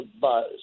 buzz